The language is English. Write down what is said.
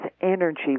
energy